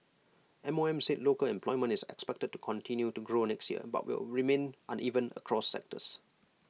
M O M said local employment is expected to continue to grow next year but IT will remain uneven across sectors